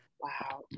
Wow